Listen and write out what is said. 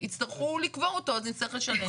יצטרכו לקבור אותו אז נצטרך לשלם.